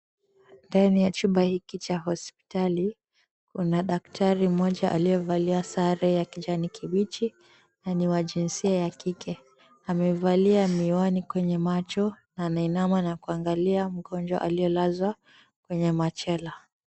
Mandhari ya chumba hiki cha hospitali, kuna daktari aliyevalia sare ya kijani kibichi na ni wa jinsia ya kike. Amevalia miwani kwenye macho, anainama na kuangalia mgonjwa aliyelazwa kwenye machela.